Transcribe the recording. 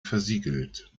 versiegelt